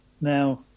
Now